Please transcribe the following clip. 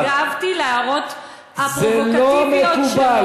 -- הגבתי על ההערות הפרובוקטיביות שלו.